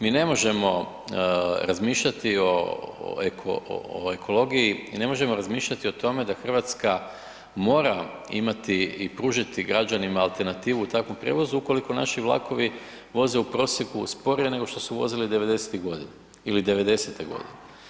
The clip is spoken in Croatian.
Mi ne možemo razmišljati o ekologiji, mi ne možemo razmišljati o tome da Hrvatska mora imati i pružiti građanima alternativu u takvom prijevozu ukoliko naši vlakovi voze u prosjeku sporije nego što su vozili '90.-tih godina ili '90.-te godine.